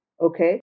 okay